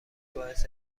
باعث